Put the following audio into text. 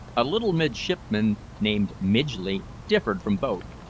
a little midshipman, named midgley, differed from both,